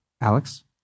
Alex